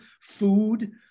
food